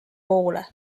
poole